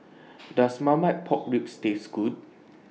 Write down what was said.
Does Marmite Pork Ribs Taste Good